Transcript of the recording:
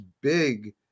big